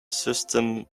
system